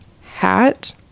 hat